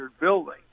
building